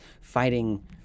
fighting